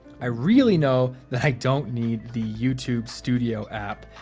i really know that i don't need the youtube studio app.